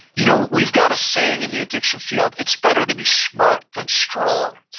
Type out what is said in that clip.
you know, we've got a saying in the addiction field it's better to be smart than strong.